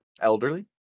Elderly